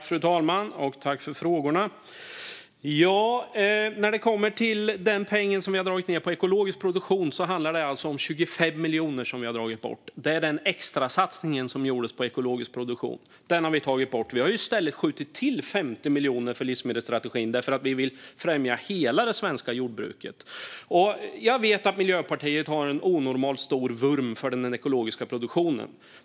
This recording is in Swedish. Fru talman! Jag tackar för frågorna. När det gäller den peng till ekologisk produktion som vi har dragit ned handlar det alltså om 25 miljoner. Det är den extrasatsning som gjordes på ekologisk produktion som vi har tagit bort. Vi har i stället skjutit till 50 miljoner för livsmedelsstrategin därför att vi vill främja hela det svenska jordbruket. Jag vet att Miljöpartiet har en onormalt stor vurm för den ekologiska produktionen.